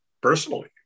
personally